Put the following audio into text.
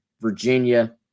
Virginia